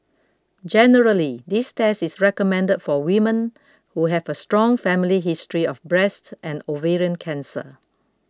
generally this test is recommended for women who have a strong family history of breast and ovarian cancer